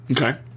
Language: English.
Okay